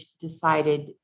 decided